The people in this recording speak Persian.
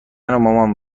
مامان